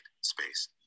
space